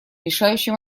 решающий